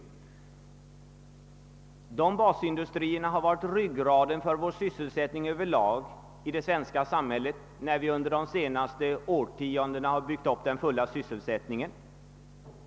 Dessa basindustrier har varit ryggraden för vår sysselsättning när vi under de senaste årtiondena har byggt upp den fulla sysselsättningen.